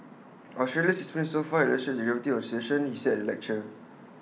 Australia's experience so far illustrates the gravity of the situation he said at the lecture